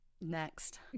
Next